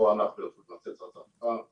בו אנחנו יכולים לתת (הפרעות